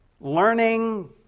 Learning